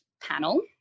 panel